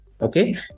okay